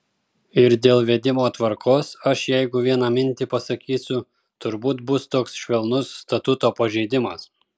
ir dėl vedimo tvarkos aš jeigu vieną mintį pasakysiu turbūt bus toks švelnus statuto pažeidimas